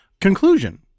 conclusion